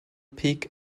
peak